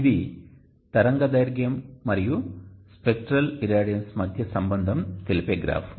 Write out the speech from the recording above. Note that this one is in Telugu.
ఇది తరంగదైర్ఘ్యం మరియు స్పెక్ట్రల్ ఇరాడియన్స్ మధ్య సంబంధం తెలిపే గ్రాఫ్